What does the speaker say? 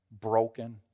broken